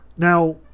Now